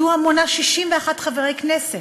זאת המונה 61 חברי כנסת,